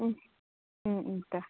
ꯎꯝ ꯎꯝ ꯎꯝ